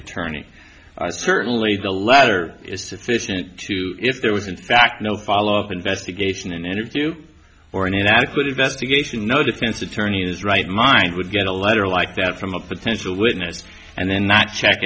attorney certainly the latter is sufficient to if there was in fact no follow up investigation and if you were an inadequate investigation no defense attorney in his right mind would get a letter like that from a potential witness and then not check